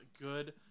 good